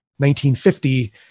1950